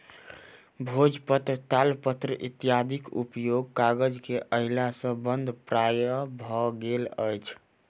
भोजपत्र, तालपत्र इत्यादिक उपयोग कागज के अयला सॅ बंद प्राय भ गेल अछि